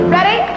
Ready